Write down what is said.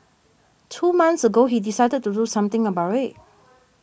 two months ago he decided to do something about it